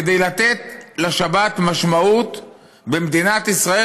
כדי לתת לשבת משמעות במדינת ישראל,